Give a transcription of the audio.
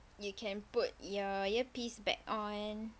you can put your earpiece back on